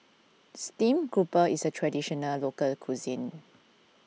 Steamed Grouper is a Traditional Local Cuisine